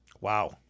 Wow